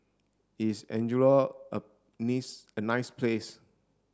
is Angola a niece a nice place